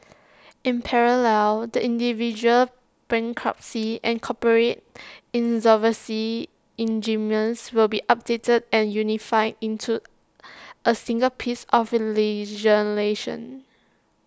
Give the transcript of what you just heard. in parallel the individual bankruptcy and corporate insolvency regimes will be updated and unified into A single piece of legislation